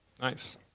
Nice